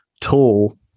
tool